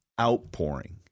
outpouring